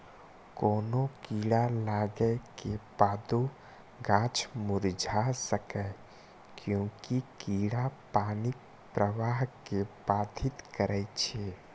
कोनो कीड़ा लागै के बादो गाछ मुरझा सकैए, कियैकि कीड़ा पानिक प्रवाह कें बाधित करै छै